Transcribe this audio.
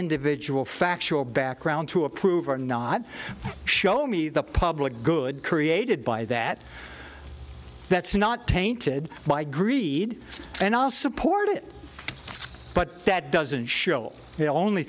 individual factual background to approve or not show me the public good created by that that's not tainted by greed and i'll support it but that doesn't show the only